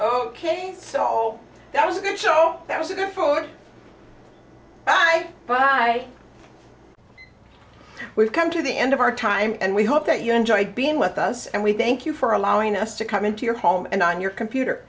ok so that was a good show that was going for but i we've come to the end of our time and we hope that you enjoyed being with us and we thank you for allowing us to come into your home and on your computer